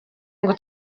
ngo